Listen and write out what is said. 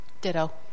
Ditto